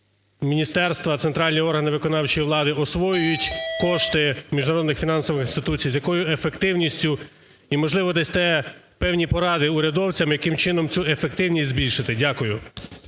міністерства, центральні органи виконавчої влади освоюють кошти міжнародних фінансових інституцій, з якою ефективністю і, можливо, дасте певні поради урядовцям, яким чином цю ефективність збільшити? Дякую.